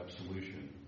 absolution